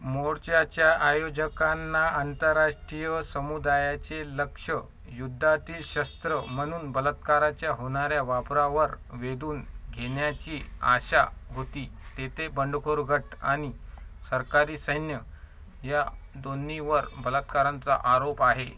मोर्चाच्या आयोजकांना आंतरराष्ट्रीय समुदायाचे लक्ष युद्धातील शस्त्र म्हणून बलात्काराच्या होणाऱ्या वापरावर वेधून घेण्याची आशा होती तेथे बंडखोर गट आणि सरकारी सैन्य या दोन्हींवर बलात्कारांचा आरोप आहे